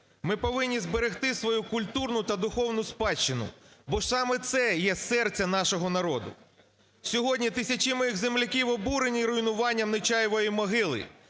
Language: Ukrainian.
Ми повинні зберегти свою культурну та духовну спадщину, бо саме це є серце нашого народу. Сьогодні тисячі моїх земляків обурені руйнуванням Нечаєвої могили,